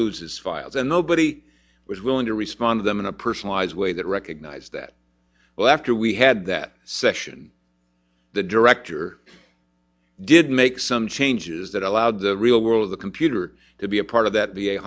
its files and nobody was willing to respond to them in a personalized way that recognized that well after we had that session the director did make some changes that allowed the real world the computer to be a part of that v